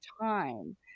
time